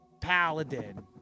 Paladin